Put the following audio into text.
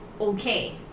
okay